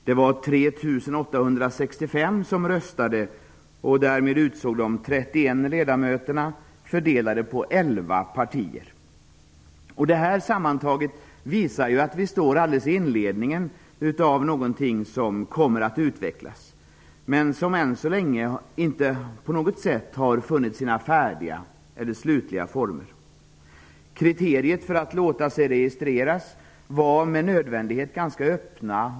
Det var 3 865 som röstade och därmed utsåg de 31 ledamöterna, fördelade på elva partier. Detta sammantaget visar att vi står alldeles i inledningen till någonting som kommer att utvecklas men som ännu så länge inte på något sätt har funnit sina färdiga eller slutliga former. Kriterierna för att låta sig registreras var med nödvändighet ganska vida.